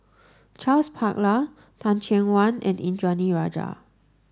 Charles Paglar Teh Cheang Wan and Indranee Rajah